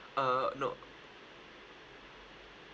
uh no